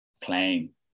playing